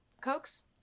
Cokes